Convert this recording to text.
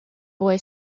boy